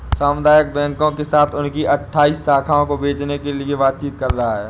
सामुदायिक बैंकों के साथ उनकी अठ्ठाइस शाखाओं को बेचने के लिए बातचीत कर रहा है